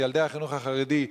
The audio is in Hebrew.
שילדי החינוך החרדי,